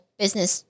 business